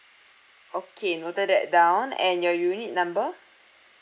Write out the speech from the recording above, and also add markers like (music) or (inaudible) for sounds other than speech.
(breath) okay noted that down and your unit number